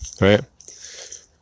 right